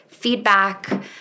feedback